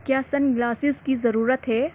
کیا sunglasses کی ضرورت ہے